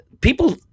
people